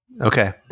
Okay